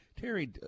Terry